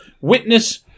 witness